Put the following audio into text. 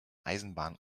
eisenbahn